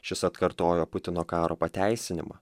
šis atkartojo putino karo pateisinimą